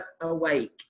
awake